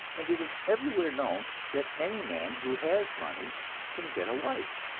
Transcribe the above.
and it is everywhere known that any man who has money can get a wife.